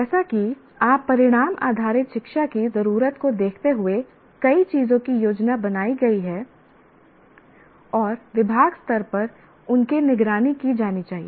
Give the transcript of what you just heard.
जैसा कि आप परिणाम आधारित शिक्षा की जरूरत को देखते हुए कई चीजों की योजना बनाई गई है और विभाग स्तर पर उनकी निगरानी की जानी चाहिए